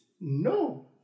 No